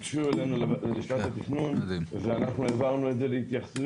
הם הגישו אותו אלינו ללשכת התכנון ואנחנו העברנו את זה להתייחסויות,